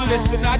Listen